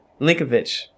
Linkovich